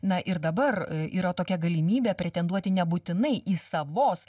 na ir dabar yra tokia galimybė pretenduoti nebūtinai į savos